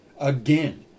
Again